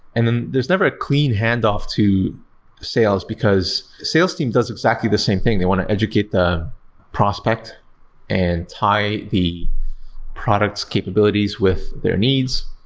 and then there's never a clean handoff to sales, because a sales team does exactly the same thing. they want to educate the prospect and tie the product's capabilities with their needs.